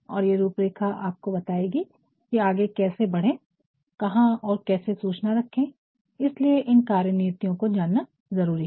और ये रूपरेखा आपको बताएगी कि आगे कैसे बढ़े कहाँ और कैसे सूचना रखे इसलिए इन कार्यनीतिओ को जानना ज़रूरी है